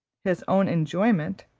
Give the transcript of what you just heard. his own enjoyment,